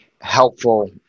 helpful